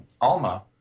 Alma